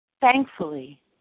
Thankfully